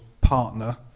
partner